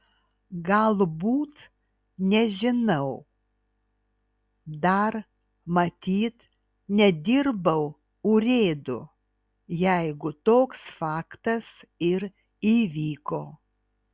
galbūt nežinau dar matyt nedirbau urėdu jeigu toks faktas ir įvyko